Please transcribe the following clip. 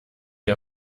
ihr